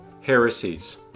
heresies